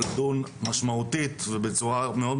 לדון משמעותית ובצורה מאוד,